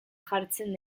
jartzen